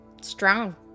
Strong